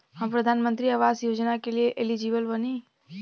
हम प्रधानमंत्री आवास योजना के लिए एलिजिबल बनी?